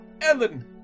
Ellen